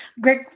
Greg